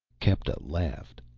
kepta laughed.